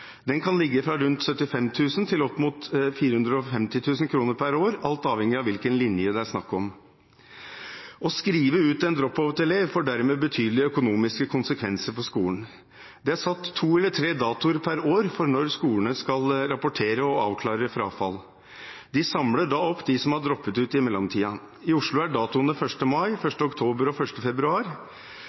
Den kan ligge fra rundt 75 000 kr til opp mot 450 000 kr per år, alt avhengig av hvilken linje det er snakk om. Å skrive ut en drop-out-elev får dermed betydelige økonomisk konsekvenser for skolen. Det er satt to eller tre datoer per år for når skolene skal rapportere og avklare frafall. De samler da opp de som har droppet ut i mellomtiden. I Oslo er datoene 1. mai, 1. oktober og 1. februar.